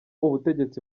ubutegetsi